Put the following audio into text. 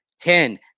Ten